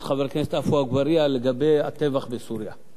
לחבר הכנסת עפו אגבאריה לגבי הטבח בסוריה,